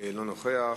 לא נוכח.